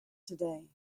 today